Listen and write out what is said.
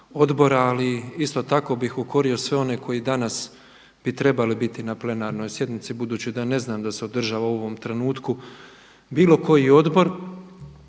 ali isto tako bih ukorio sve one koji danas bi trebali biti na plenarnoj sjednici budući da ne znam da se održava u ovom trenutku bilo koji odbor,